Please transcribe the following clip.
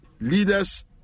Leaders